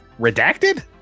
Redacted